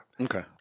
Okay